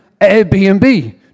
Airbnb